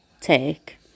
take